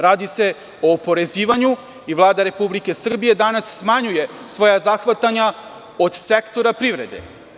Radi se o oporezivanju i Vlada RS danas smanjuje svoja zahvatanja od sektora privrede.